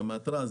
רמת רעש,